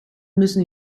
müssen